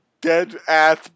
dead-ass